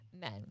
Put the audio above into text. men